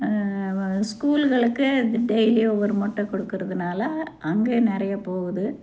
ஸ்கூல்களுக்கு டெ டெய்லி ஒவ்வொரு முட்டை கொடுக்கறதுனால அங்கே நிறையா போகுது